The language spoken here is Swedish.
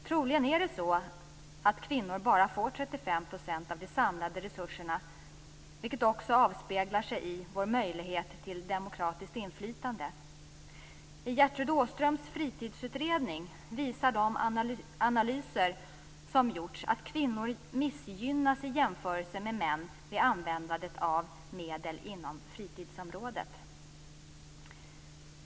Troligen är det så att kvinnor bara får 35 % av de samlade resurserna, vilket också avspeglar sig i vår möjlighet till demokratiskt inflytande. I Gertrud Åströms fritidsutredning visar de analyser som gjorts att kvinnor missgynnas i jämförelse med män vid användandet av medel inom fritidsområdet.